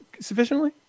sufficiently